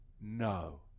No